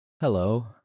Hello